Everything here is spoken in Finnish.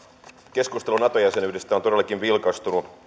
keskustelu nato jäsenyydestä on todellakin vilkastunut